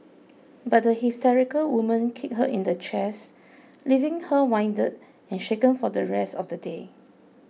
but the hysterical woman kicked her in the chest leaving her winded and shaken for the rest of the day